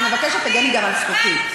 אני מבקשת שתגני גם על זכותי.